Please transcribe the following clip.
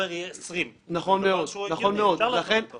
עובר יהיה 20. זה דבר הגיוני ואפשר לעשות אותו.